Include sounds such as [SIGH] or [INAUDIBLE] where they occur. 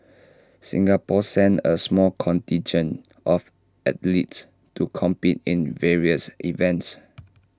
Singapore sent A small contingent of athletes to compete in various events [NOISE]